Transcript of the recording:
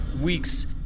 weeks